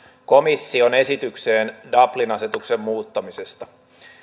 komission esitykseen dublin asetuksen muuttamisesta